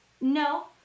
No